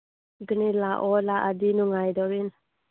ꯑꯗꯨꯅꯤ ꯂꯥꯛꯑꯣ ꯂꯥꯛꯑꯗꯤ ꯅꯨꯡꯉꯥꯏꯗꯧꯔꯤꯅꯤ